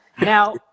Now